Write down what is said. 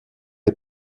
aux